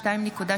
תעסוקה),